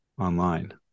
online